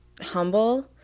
humble